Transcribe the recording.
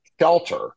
shelter